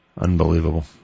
Unbelievable